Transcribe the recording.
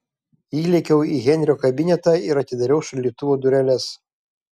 įlėkiau į henrio kabinetą ir atidariau šaldytuvo dureles